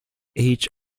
each